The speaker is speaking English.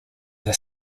that